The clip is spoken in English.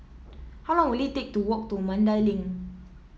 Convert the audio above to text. how long will it take to walk to Mandai Link